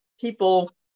people